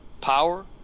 power